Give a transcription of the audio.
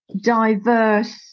diverse